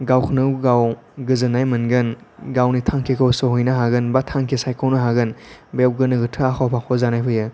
गावखौनो गाव गोजोननाय मोनगोन गावनि थांखिखौ सहैनो हागोन बा थांखि सायख'नो हागोन बेयाव गोनो गोथो आख' फाख' जानानै फैयो